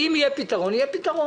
אם יהיה פתרון יהיה פתרון,